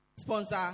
sponsor